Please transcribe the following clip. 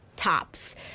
Tops